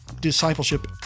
discipleship